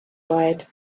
wide